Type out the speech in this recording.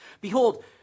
behold